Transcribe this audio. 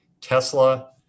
Tesla